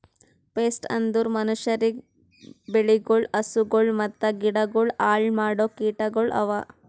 pest ಅಂದುರ್ ಮನುಷ್ಯರಿಗ್, ಬೆಳಿಗೊಳ್, ಹಸುಗೊಳ್ ಮತ್ತ ಗಿಡಗೊಳ್ ಹಾಳ್ ಮಾಡೋ ಕೀಟಗೊಳ್ ಅವಾ